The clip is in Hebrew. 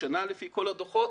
לפי כל הדוחות.